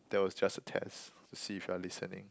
that was just a test to see if you're listening